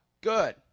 good